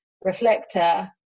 reflector